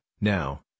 now